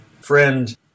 friend